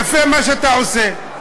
יפה מה שאתה עושה,